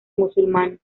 musulmanes